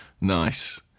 nice